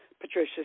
Patricia